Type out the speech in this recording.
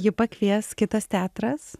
jį pakvies kitas teatras